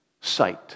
sight